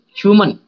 human